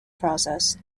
process